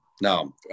no